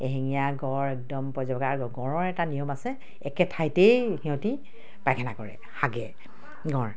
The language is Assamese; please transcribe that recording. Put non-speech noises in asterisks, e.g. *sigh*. এশিঙীয়া গঁড় একদম *unintelligible* আৰু গঁড়ৰ এটা নিয়ম আছে একে ঠাইতেই সিহঁতি পায়খানা কৰে হাগে গঁড়